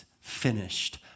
finished